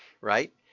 right